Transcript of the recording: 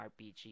RPG